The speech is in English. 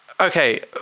Okay